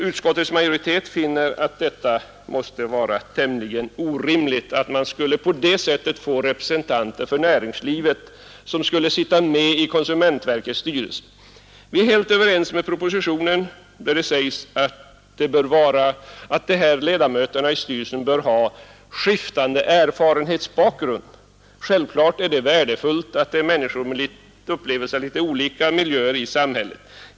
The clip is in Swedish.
Utskottets majoritet finner det vara tämligen orimligt, om man på det sättet skulle få representanter för näringslivet med i konsumentverkets styrelse. Vi är helt överens med propositionen, där det sägs att ledamöterna i styrelsen bör ha skiftande erfarenhetsbakgrund. Självklart är det värdefullt med människor som upplevt litet olika miljöer i samhället.